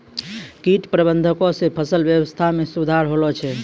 कीट प्रबंधक से फसल वेवस्था मे सुधार होलो छै